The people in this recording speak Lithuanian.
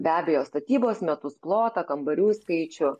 be abejo statybos metus plotą kambarių skaičių